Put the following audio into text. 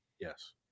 Yes